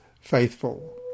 faithful